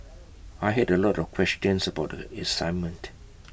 I had A lot of questions about the assignment